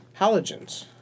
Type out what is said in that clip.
halogens